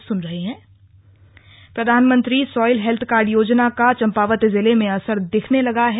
slug मृदा स्वास्थ्य card योजना प्रधानमंत्री सॉयल हेल्थ कार्ड योजना का चम्पावत जिले में असर दिखने लगा है